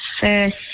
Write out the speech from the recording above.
first